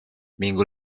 minggu